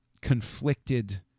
conflicted